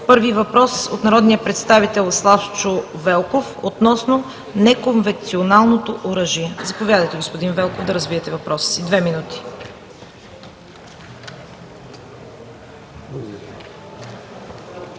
Първият въпрос от народния представител Славчо Велков относно неконвенционалното оръжие. Заповядайте, господин Велков, да развиете въпроса си – две минути.